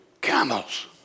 camels